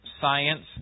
science